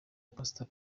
pastor